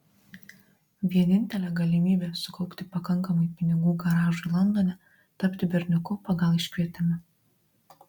vienintelė galimybė sukaupti pakankamai pinigų garažui londone tapti berniuku pagal iškvietimą